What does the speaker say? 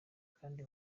kandi